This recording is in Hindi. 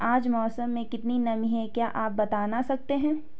आज मौसम में कितनी नमी है क्या आप बताना सकते हैं?